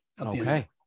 okay